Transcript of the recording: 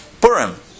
Purim